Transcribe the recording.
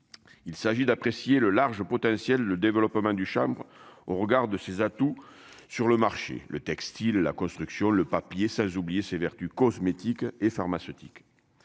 il s'agit d'apprécier le large potentiel, le développement du au regard de ses atouts sur le marché, le textile, la construction, le papier ça oublié ses vertus cosmétiques et pharmaceutiques